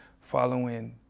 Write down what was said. following